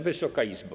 Wysoka Izbo!